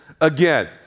again